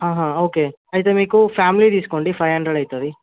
ఆహా ఓకే అయితే మీకు ఫ్యామిలీ తీసుకోండి ఫైవ్ హండ్రెడ్ అవుతుంది